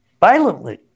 violently